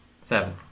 Seven